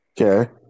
Okay